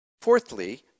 Fourthly